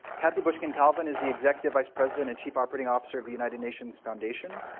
kathy bushkin calvin is the executive vice president and chief operating officer of the united nations foundation.